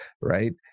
right